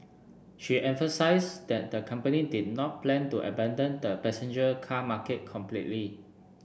she emphasised that the company did not plan to abandon the passenger car market completely